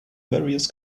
various